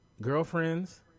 Girlfriends